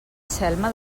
selma